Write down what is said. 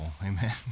amen